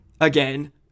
again